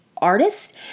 Artist